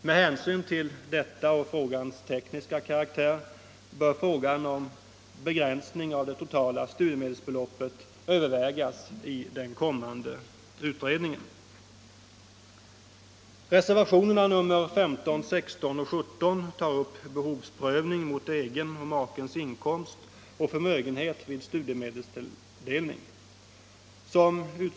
Med hänsyn till Tisdagen den detta och till frågans tekniska karaktär bör frågan om begränsning av 20 maj 1975 det totala studiemedelsbeloppet övervägas i den kommande utredningen. sniken byten ND Reservationerna 15, 16 och 17 tar upp behovsprövning mot egen och Vuxenutbildningen, makens inkomst och förmögenhet vid studiemedelstilldelning. Som utm.m.